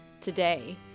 today